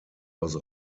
aus